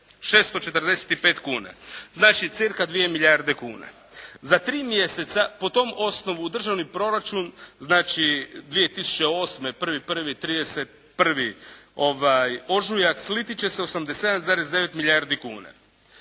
645 kuna, znači cirka 2 milijarde kuna. Za 3 mjeseca po tom osnovu u državni proračun znači 2008., 1.1., 31. ožujak sliti će se 87,9 milijardi kuna.